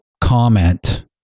comment